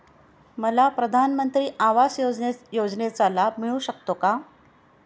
मला प्रधानमंत्री आवास योजनेचा लाभ मिळू शकतो का?